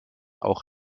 auch